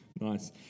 Nice